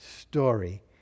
story